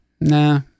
Nah